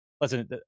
Listen